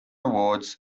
awards